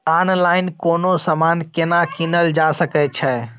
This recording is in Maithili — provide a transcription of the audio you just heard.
ऑनलाइन कोनो समान केना कीनल जा सकै छै?